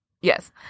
Yes